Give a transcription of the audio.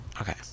Okay